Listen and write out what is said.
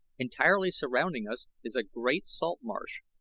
entirely surrounding us is a great salt marsh,